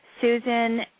Susan